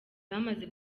bamaze